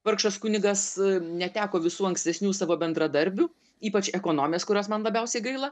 vargšas kunigas neteko visų ankstesnių savo bendradarbių ypač ekonomės kuriuos man labiausiai gaila